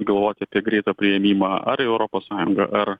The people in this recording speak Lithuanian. galvoti apie greitą priėmimą ar į europos sąjungą ar